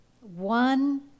one